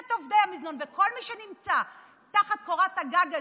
ואת עובדי המזנון ואת כל מי שנמצא תחת קורת הגג הזו,